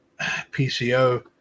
PCO